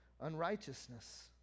unrighteousness